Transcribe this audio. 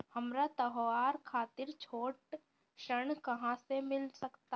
हमरा त्योहार खातिर छोट ऋण कहाँ से मिल सकता?